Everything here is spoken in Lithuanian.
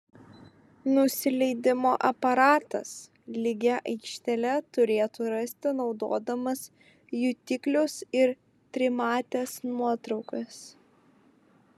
nusileidimo aparatas lygią aikštelę turėtų rasti naudodamas jutiklius ir trimates nuotraukas